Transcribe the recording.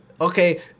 okay